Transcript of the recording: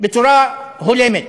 בצורה הולמת.